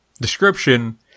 description